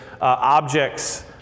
objects